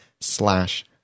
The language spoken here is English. slash